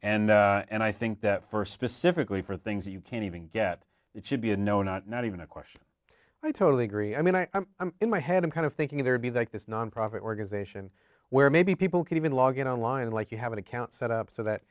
and and i think that first specifically for things that you can't even get it should be a no not not even a question i totally agree i mean i'm in my head i'm kind of thinking there'd be like this nonprofit organization where maybe people could even log it online like you have an account set up so that